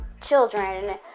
children